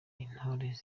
intore